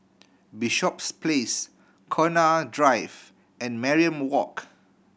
Bishops Place Connaught Drive and Mariam Walk